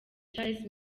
charles